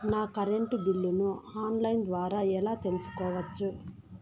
నా కరెంటు బిల్లులను online ద్వారా ఎలా తెలుసుకోవచ్చు?